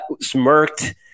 smirked